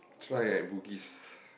try at Bugis